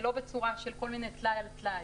ולא בצורה של טלאי על טלאי.